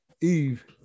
Eve